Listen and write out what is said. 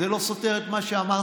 זה לא סותר את מה שאמרתי,